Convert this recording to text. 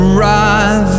right